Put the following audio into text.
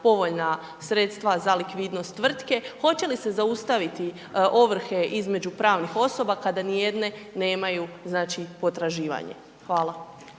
povoljna sredstva za likvidnost tvrtke, hoće li se zaustaviti ovrhe između pravnih osoba kada nijedne nemaju potraživanje. Hvala.